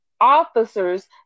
officers